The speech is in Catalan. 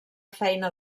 feina